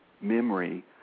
memory